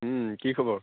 কি খবৰ